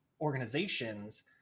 organizations